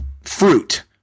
fruit